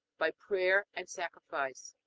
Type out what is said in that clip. by prayer and sacrifice.